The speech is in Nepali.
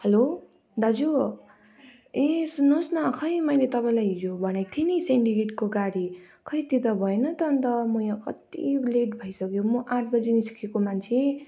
हेलो दाजु ए सुन्नु होस् न खै मैले तपाईँलाई हिजो भनेको थिएँ नि सिन्डिकेटको गाडी खै त्यो त भएन त अन्त म यहाँ कति लेट भइसक्यो म आठ बजी निस्केको मान्छे